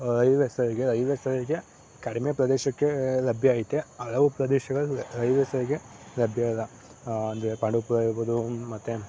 railway ಸಾರಿಗೆ railway ಸಾರಿಗೆ ಕಡಿಮೆ ಪ್ರದೇಶಕ್ಕೆ ಲಭ್ಯ ಐತೆ ಹಲವು ಪ್ರದೇಶಗಳಲ್ಲಿ ರೈಲ್ವೆ ಸಾರಿಗೆ ಲಭ್ಯವಿಲ್ಲ ಅಂದರೆ ಪಾಂಡವಪುರ ಇರ್ಬೋದು ಮತ್ತೆ